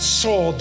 saw